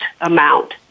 amount